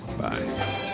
Bye